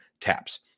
taps